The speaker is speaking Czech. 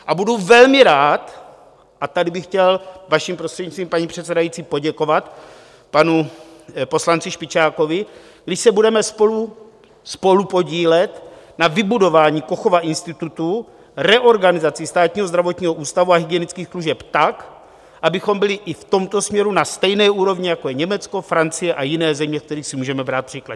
A budu velmi rád, a tady bych chtěl, vaším prostřednictvím, paní předsedající, poděkovat panu poslanci Špičákovi, když se budeme spolupodílet na vybudování Kochova institutu, reorganizaci Státního zdravotního ústavu a hygienických služeb tak, abychom byli i v tomto směru na stejné úrovni, jako je Německo, Francie a jiné země, z kterých si můžeme brát příklad.